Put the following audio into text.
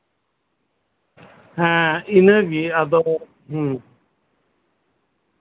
ᱦᱮᱸ ᱤᱱᱟᱹᱜᱮ ᱟᱫᱚ